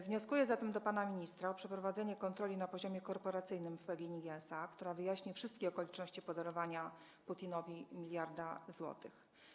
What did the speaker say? Wnioskuję zatem do pana ministra o przeprowadzenie kontroli na poziomie korporacyjnym w PGNiG SA, która wyjaśni wszystkie okoliczności podarowania Putinowi 1 mld zł.